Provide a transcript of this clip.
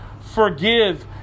forgive